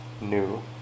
new